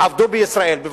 עבדו בישראל, בוודאי.